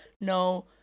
no